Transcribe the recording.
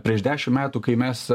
prieš dešim metų kai mes